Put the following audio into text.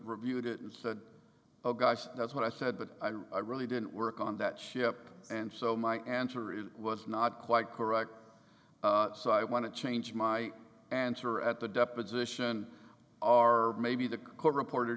reviewed it and said oh gosh that's what i said but i really didn't work on that ship and so my answer it was not quite correct so i want to change my answer at the deposition are maybe the court reporter